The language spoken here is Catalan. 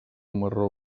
marró